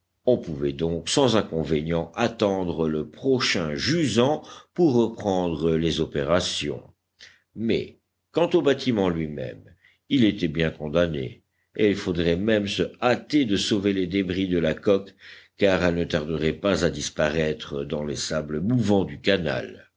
on pouvait donc sans inconvénient attendre le prochain jusant pour reprendre les opérations mais quant au bâtiment lui-même il était bien condamné et il faudrait même se hâter de sauver les débris de la coque car elle ne tarderait pas à disparaître dans les sables mouvants du canal